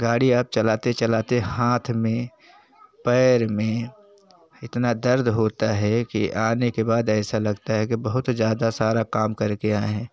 गाड़ी आप चलाते चलाते हाथ में पैर में इतना दर्द होता है कि आने के बाद ऐसा लगता है कि बहुत ज़्यादा सारा काम करके आए हैं